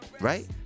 right